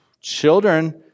children